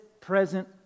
present